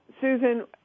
Susan